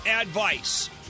advice